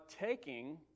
taking